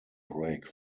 break